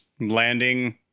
landing